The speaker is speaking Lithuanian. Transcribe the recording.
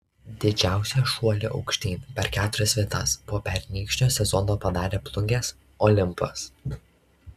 didžiausią šuolį aukštyn per keturias vietas po pernykščio sezono padarė plungės olimpas